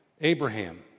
Abraham